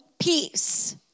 peace